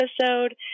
episode